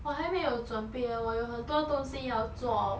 我还没有准备 eh 我有很多东西要做